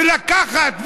ולקחת,